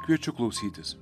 kviečiu klausytis